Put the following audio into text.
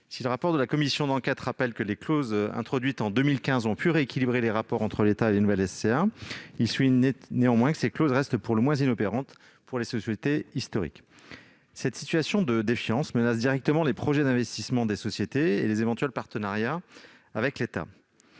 Si le rapport de la commission d'enquête rappelle que les clauses introduites en 2015 ont pu rééquilibrer les rapports entre l'État et les nouvelles SCA, il souligne néanmoins que ces clauses restent pour le moins inopérantes pour les SCA historiques. Cette situation de défiance menace directement les projets d'investissement de ces sociétés et les éventuels partenariats avec l'État